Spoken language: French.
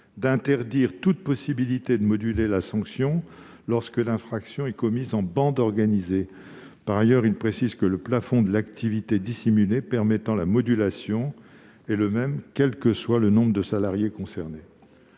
d'interdire toute possibilité de moduler la sanction lorsque l'infraction est commise en bande organisée et de préciser que le plafond de l'activité dissimulée permettant la modulation est le même quel que soit le nombre de salariés concernés.